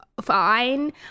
fine